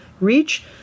reach